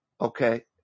okay